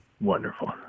Wonderful